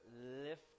lift